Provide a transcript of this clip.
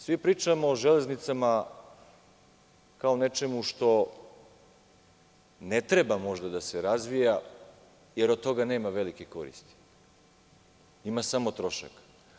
Svi pričamo o železnicama kao nečemu što ne treba možda da se razvija jer od toga nema velike koristi, ima samo troška.